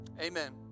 amen